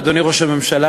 אדוני ראש הממשלה,